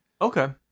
Okay